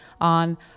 on